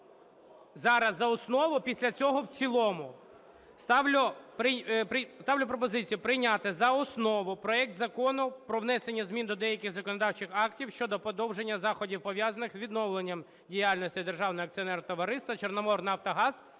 зараз за основу, після цього в цілому. Ставлю пропозицію прийняти за основу проект Закону про внесення змін до деяких законодавчих актів щодо подовження заходів, пов'язаних з відновленням діяльності Державного акціонерного товариства "Чорноморнафтогаз"